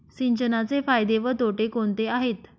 सिंचनाचे फायदे व तोटे कोणते आहेत?